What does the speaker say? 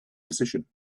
position